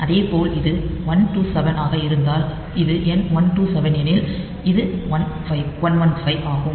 அதேபோல் இது 127 ஆக இருந்தால் இது எண் 127 எனில் இது 115 ஆகும்